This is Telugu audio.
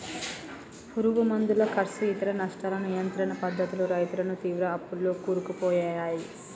పురుగు మందుల కర్సు ఇతర నష్టాలను నియంత్రణ పద్ధతులు రైతులను తీవ్ర అప్పుల్లో కూరుకుపోయాయి